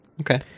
Okay